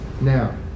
Now